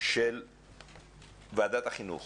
של ועדת החינוך